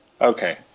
Okay